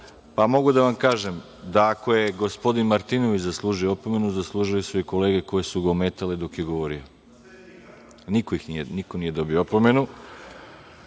pa mogu da vam kažem da ako je gospodin Martinović zaslužio opomenu, zaslužile su i kolege koje su ga ometale dok je govorio. Niko nije dobio opomenu,